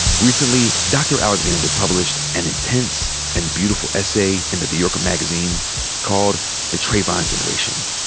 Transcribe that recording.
recently, dr. alexander published an intense and beautiful essay in the new yorker magazine called the trayvon generation,